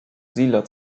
siedler